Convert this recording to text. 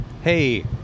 hey